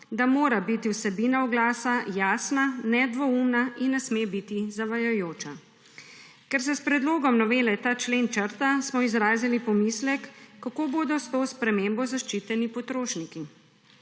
da mora biti vsebina oglasa jasna, nedvoumna in ne sme biti zavajajoča. Ker se s predlogom novele ta člen črta, smo izrazili pomislek, kako bodo s to spremembo zaščiteni potrošniki.